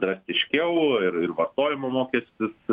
drastiškiau ir ir vartojimo mokestis